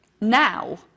Now